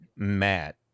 Matt